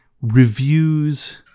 reviews